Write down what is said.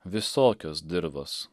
visokios dirvos